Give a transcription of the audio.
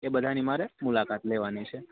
એ બધાની મારે મુલાકાત લેવાની છેઃ